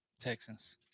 Texans